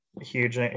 huge